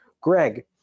Greg